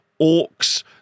orcs